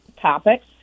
topics